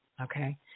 Okay